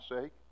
sake